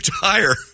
tire